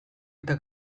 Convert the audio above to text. eta